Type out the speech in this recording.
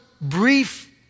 brief